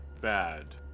bad